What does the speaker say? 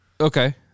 Okay